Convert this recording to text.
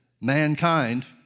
mankind